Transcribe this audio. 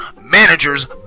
managers